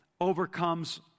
overcomes